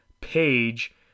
page